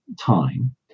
time